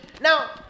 Now